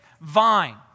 vine